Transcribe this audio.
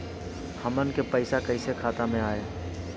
हमन के पईसा कइसे खाता में आय?